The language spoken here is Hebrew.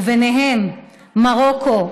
ובהן מרוקו,